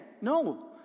No